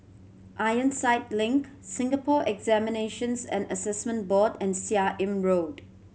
Ironside Link Singapore Examinations and Assessment Board and Seah Im Road